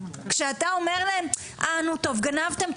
כשאתה אומר להם "אה נו טוב, גנבתם?